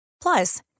Plus